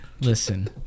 listen